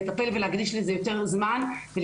הקורסים של עזרה ראשונה, לא